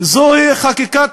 וזוהי חקיקה